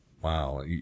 Wow